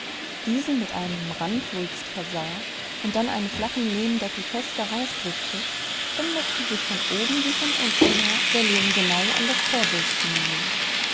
diesen mit einem randwulst versah und dann einen flachen lehmdeckel fest darauf drückte dann mußte sich von oben wie von unten her der lehm genau an das vorbild schmiegen